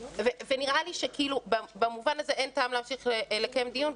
ונראה לי שבמובן הזה אין טעם להמשיך לקיים דיון,